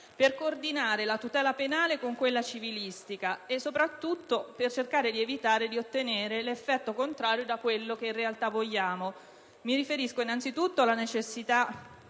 per coordinare la tutela penale con quella civilistica e soprattutto per cercare di evitare di ottenere un effetto contrario a quello che in realtà vogliamo. Mi riferisco innanzitutto alla necessità,